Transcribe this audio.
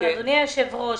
אדוני היושב-ראש,